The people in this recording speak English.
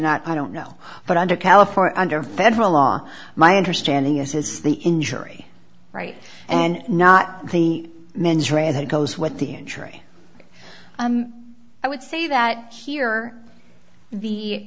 not i don't know but under california under federal law my understanding is is the injury right and not the mens rea as it goes with the injury i would say that he or the